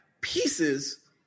pieces